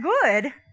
good